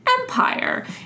Empire